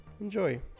Enjoy